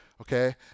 Okay